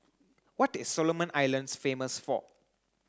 what is Solomon Islands famous for